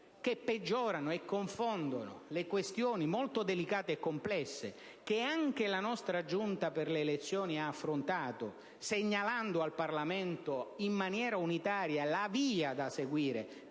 Essi peggiorano e confondono le questioni molto delicate e complesse che anche la nostra Giunta delle elezioni ha affrontato, segnalando al Parlamento, in maniera unitaria la via da seguire